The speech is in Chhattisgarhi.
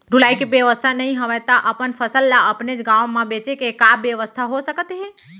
ढुलाई के बेवस्था नई हवय ता अपन फसल ला अपनेच गांव मा बेचे के का बेवस्था हो सकत हे?